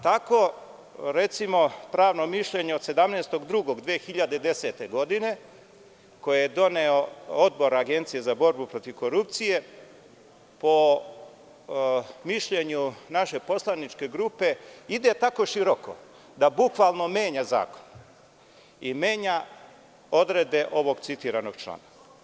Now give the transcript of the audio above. Tako, recimo, pravno mišljenje od 17. februara 2010. godine, koje je doneo Odbor Agencije za borbu protiv korupcije, po mišljenju naše poslaničke grupe, ide tako široko da bukvalno menja zakon i menja odredbe ovog citiranog člana.